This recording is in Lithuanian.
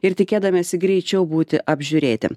ir tikėdamiesi greičiau būti apžiūrėti